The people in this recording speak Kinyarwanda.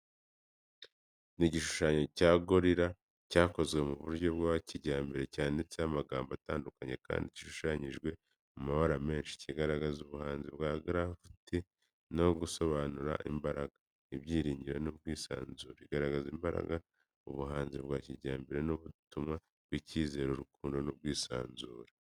Ni igishushanyo cya gorira cyakozwe mu buryo bwa kijyambere, cyanditseho amagambo atandukanye kandi gishushanyijwe mu mabara menshi, kigaragaza ubuhanzi bwa grafiti no gusobanura imbaraga, ibyiringiro n’ubwisanzure. Igaragaza imbaraga, ubuhanzi bwa kijyambere n’ubutumwa bw’icyizere, urukundo n’ubwisanzure.